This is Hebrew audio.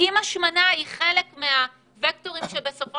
אם השמנה היא חלק מהווקטורים שבסופו